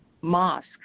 mosque